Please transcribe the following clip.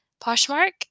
Poshmark